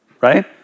Right